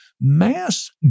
mass